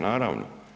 Naravno.